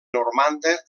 normanda